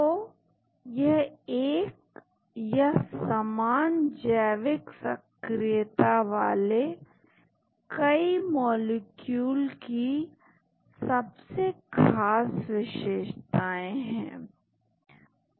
तो यह एक या समान जैविक सक्रियता वाले कई मॉलिक्यूल की सबसे खास विशेषताएं होती हैं